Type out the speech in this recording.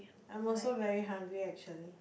I'm also very hungry actually